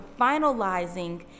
finalizing